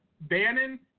Bannon